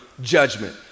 judgment